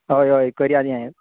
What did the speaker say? हय हय करया तें